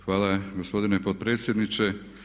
Hvala gospodine potpredsjedniče.